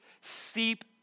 seep